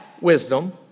wisdom